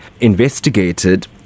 investigated